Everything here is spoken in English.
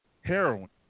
Heroin